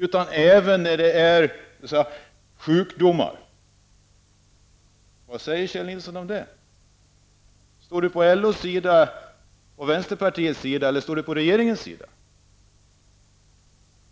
och inte bara som i dag vid fara för liv. Vad säger Kjell Nilsson om det? Står Kjell Nilsson på LOs och vänsterpartiets sida, eller står han på regeringens sida?